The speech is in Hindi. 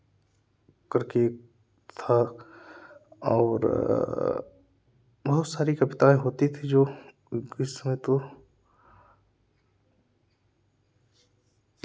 करके था और बहुत सारी कविताऍं होती थीं जो क़िस्में तो